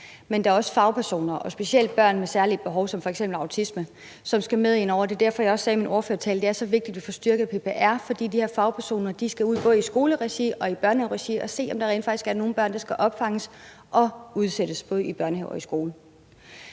er også fagpersoner, specielt når det gælder børn med særlige behov, som f.eks. autisme, som skal med ind over det, og det er derfor, jeg også sagde i min ordførertale, at det er så vigtigt, at vi får styrket PPR, for de her fagpersoner skal ud både i skoleregi og i børnehaveregi og se, om der rent faktisk er nogle børn, der skal opfanges, og hvis start i børnehave og i skole